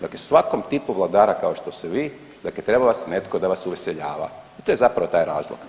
Dakle, svakom tipu vladara kao što ste vi, dakle treba vas netko da vas uveseljava i to je zapravo taj razlog.